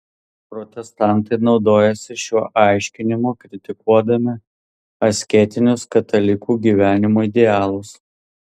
protestantai naudojasi šiuo aiškinimu kritikuodami asketinius katalikų gyvenimo idealus